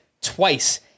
twice